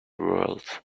word